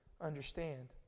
understand